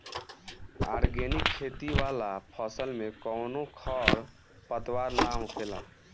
organic खेती वाला फसल में कवनो खर पतवार ना होखेला